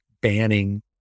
banning